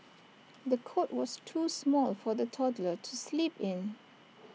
the cot was too small for the toddler to sleep in